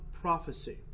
prophecy